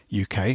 UK